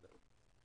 לדעתי.